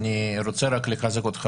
אני רוצה רק לחזק אותך,